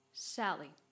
Sally